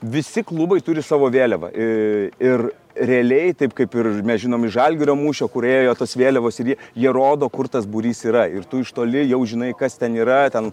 visi klubai turi savo vėliavą ir realiai taip kaip ir mes žinom iš žalgirio mūšio kur ėjo tos vėliavos ir jie jie rodo kur tas būrys yra ir tu iš toli jau žinai kas ten yra ten